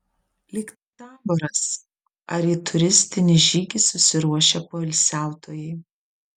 lyg taboras ar į turistinį žygį susiruošę poilsiautojai